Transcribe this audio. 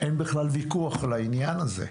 אין בכלל ויכוח לעניין הזה.